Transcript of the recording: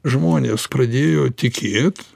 žmonės pradėjo tikėt